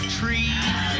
trees